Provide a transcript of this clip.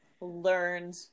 learned